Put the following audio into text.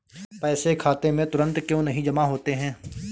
पैसे खाते में तुरंत क्यो नहीं जमा होते हैं?